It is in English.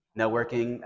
networking